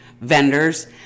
vendors